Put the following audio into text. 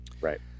Right